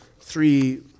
Three